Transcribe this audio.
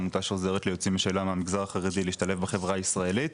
עמותה שעוזרת ליוצאים בשאלה מהמגזר החרדי להשתלב בחברה הישראלית.